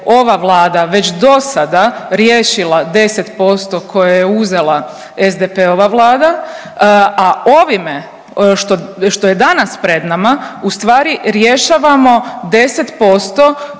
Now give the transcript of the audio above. ova Vlada već do sada riješila 10% koje je uzela SDP-ova vlada, a ovime što je danas pred nama ustvari rješavamo 10%